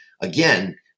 again